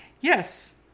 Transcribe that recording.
Yes